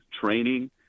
training